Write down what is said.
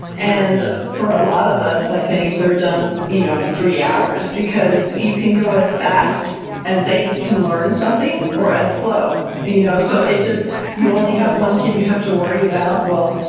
and for a lot of us, i think they're done, you know, in three hours because you can go as fast as they can learn something or as slow, you know. so it just you only have one kid you have to worry about. well,